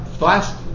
Last